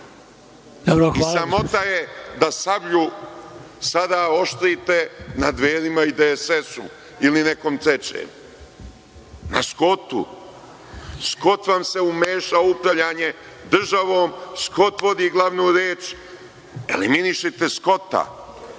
Sramota je da sablju sada oštrite na Dverima i DSS ili nekom trećem, na Skotu. Skot vam se umešao u upravljanje državom, Skot vodi glavnu reč. Eliminišite Skota.